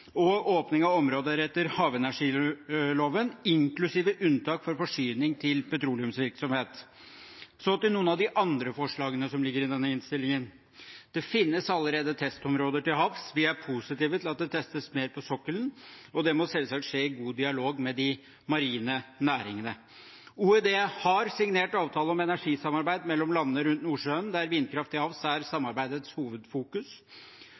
og åpning av områder etter havenergiloven, inklusive unntak for forsyning til petroleumsvirksomhet. Så til noen av de andre forslagene som ligger i denne innstillingen. Det finnes allerede testområder til havs. Vi er positive til at det testes mer på sokkelen, og det må selvsagt skje i god dialog med de marine næringene. Olje- og energidepartementet har signert avtale om energisamarbeid mellom landene rundt Nordsjøen, der vindkraft til havs er samarbeidets hovedfokus.